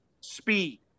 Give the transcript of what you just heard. Speed